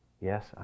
Yes